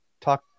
talk